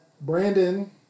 Brandon